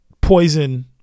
poison